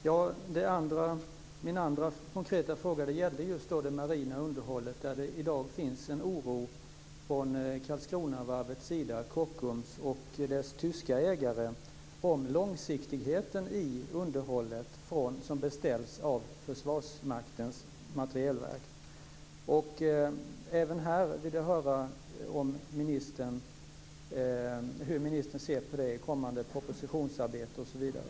Fru talman! Min andra konkreta fråga gäller just det marina underhållet. Det finns i dag en oro från Karlskronavarvets sida, från Kockums och dess tyska ägare, om långsiktigheten i underhållet som beställs av Försvarets materielverk. Även här vill jag höra hur ministern ser på det kommande propositionsarbetet osv.